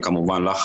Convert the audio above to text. וכמובן לך,